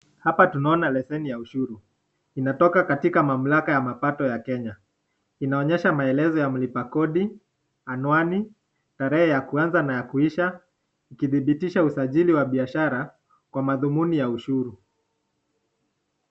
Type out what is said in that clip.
Hapa tunaona leseni ya ushuru inatoka katika mamlaka ya mapato ya Kenya. Inaonyesha maelezo ya mlipa kodi, anwani, tarehe ya kuanza na ya kuisha, ikidhibitisha usajili wa biashara kwa madhumuni ya ushuru.